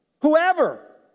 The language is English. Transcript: Whoever